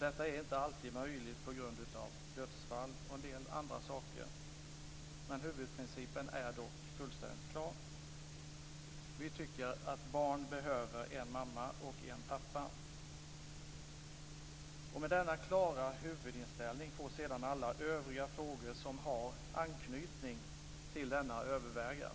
Detta är inte alltid möjligt på grund av dödsfall och en del andra saker. Men huvudprincipen är dock fullständigt klar. Vi tycker att barn behöver en mamma och en pappa. Med denna klara huvudinställning får sedan alla övriga frågor som har anknytning till denna övervägas.